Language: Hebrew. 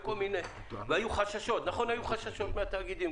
והיו חששות מהתאגידים,